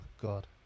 god